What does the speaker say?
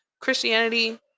Christianity